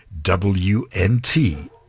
WNT